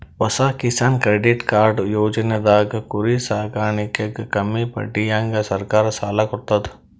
ಹೊಸ Kisan credit card ಯೋಜನೆದಾಗ್ ಕುರಿ ಸಾಕಾಣಿಕೆಗ್ ಕಮ್ಮಿ ಬಡ್ಡಿಹಂಗ್ ಸರ್ಕಾರ್ ಸಾಲ ಕೊಡ್ತದ್